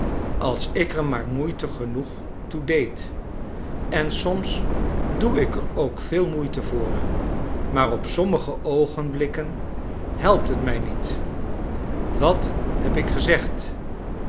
als ik er maar moeite genoeg toe deed en soms doe ik er ook veel moeite voor maar op sommige oogenblikken hclpt het mrj niet wat heb ik gezegd